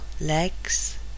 legs